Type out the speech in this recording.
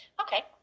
Okay